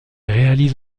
réalise